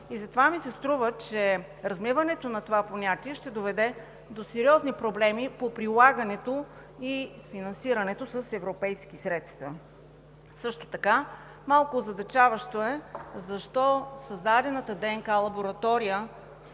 и затова ми се струва, че размиването на това понятие ще доведе до сериозни проблеми по прилагането и финансирането с европейски средства. Също така малко озадачаващо е защо създадената ДНК лаборатория